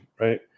right